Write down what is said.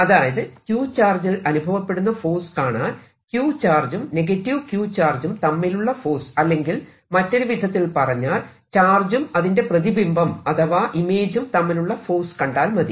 അതായത് q ചാർജിൽ അനുഭവപ്പെടുന്ന ഫോഴ്സ് കാണാൻ q ചാർജും q ചാർജും തമ്മിലുള്ള ഫോഴ്സ് അല്ലെങ്കിൽ മറ്റൊരുവിധത്തിൽ പറഞ്ഞാൽ ചാർജും അതിന്റെ പ്രതിബിംബം അഥവാ ഇമേജും തമ്മിലുള്ള ഫോഴ്സ് കണ്ടാൽ മതി